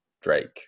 drake